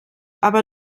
aber